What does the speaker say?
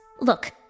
Look